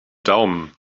daumen